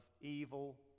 evil